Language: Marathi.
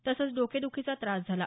तसंच डोकेदखीचा त्रास झाला